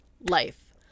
life